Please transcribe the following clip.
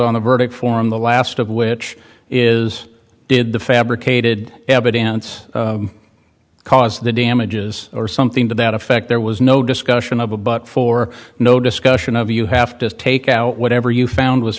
on the verdict form the last of which is did the fabricated evidence cause the damages or something to that effect there was no discussion of a but for no discussion of you have to take out whatever you found was